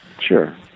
Sure